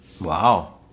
Wow